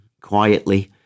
quietly